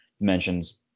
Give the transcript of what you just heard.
mentions